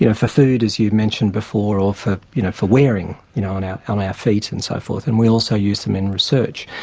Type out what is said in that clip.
you know for food, as you mentioned before, or for you know for wearing you know on our um feet and so forth. and we also use them in research.